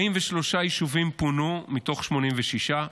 43 יישובים פונו מתוך 86,